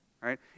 right